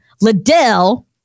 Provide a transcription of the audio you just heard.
Liddell